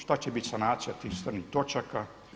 Šta će biti sanacija tih crnih točaka?